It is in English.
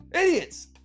Idiots